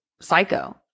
Psycho